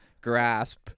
grasp